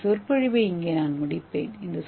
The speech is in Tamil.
எனது சொற்பொழிவை இங்கே முடிப்பேன்